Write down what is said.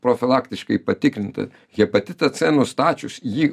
profilaktiškai patikrinta hepatitą c nustačius jį